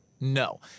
No